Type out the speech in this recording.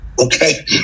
okay